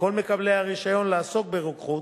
לכל מקבלי הרשיון לעסוק ברוקחות,